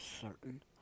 certain